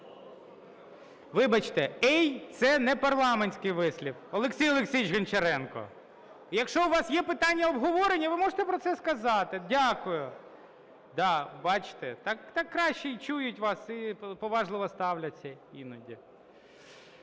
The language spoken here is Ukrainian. Вибачте, "ей" – це непарламентський вислів. Олексій Олексійович Гончаренко, якщо у вас є питання обговорення, ви можете про це сказати. Дякую. Да, бачите, так краще і чують вас, і поважливо ставляться іноді.